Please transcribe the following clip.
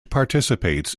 participates